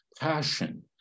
passion